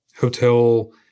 hotel